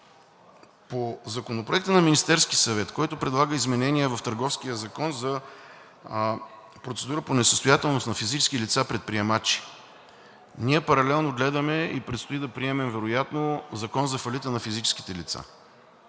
По Законопроекта на Министерския съвет, който предлага изменение в Търговския закон за процедура по несъстоятелност на физически лица-предприемачи. Ние паралелно гледаме и предстои да приемем вероятно Закон за фалита на физическите лица